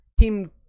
team